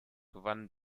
gewannen